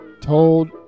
told